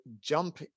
jump